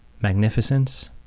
magnificence